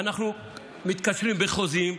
אנחנו מתקשרים בחוזים,